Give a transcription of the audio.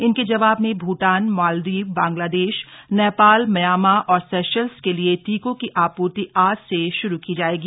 इनके जवाब में भूटान मालदीव बंगलादेश नेपाल म्यामा और सेशल्स के लिए टीकों की आपूर्ति आज से शुरू की जाएगी